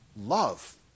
Love